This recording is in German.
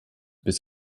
bis